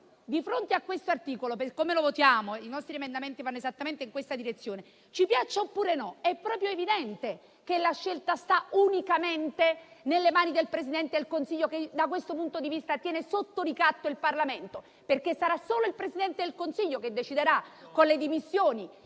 Di fronte a questo articolo, per come lo votiamo - i nostri emendamenti vanno esattamente in questa direzione - ci piaccia oppure no, è proprio evidente che la scelta sta unicamente nelle mani del Presidente del Consiglio, che da questo punto di vista tiene sotto ricatto il Parlamento, perché sarà solo il Presidente del Consiglio che deciderà con le dimissioni